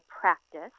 practice